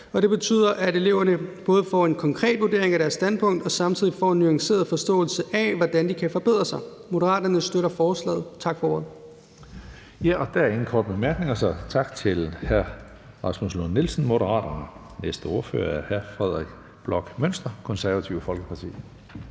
betyder, at eleverne både får en konkret vurdering af deres standpunkt og en nuanceret forståelse af, hvordan de kan forbedre sig. Moderaterne støtter forslaget. Tak for ordet. Kl. 18:34 Tredje næstformand (Karsten Hønge): Der er ingen korte bemærkninger, så tak til hr. Rasmus Lund-Nielsen, Moderaterne. Næste ordfører er hr. Frederik Bloch Münster, Det Konservative Folkeparti.